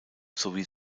sowie